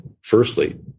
firstly